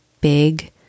big